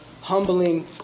humbling